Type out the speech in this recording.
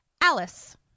Alice